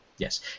Yes